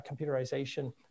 computerization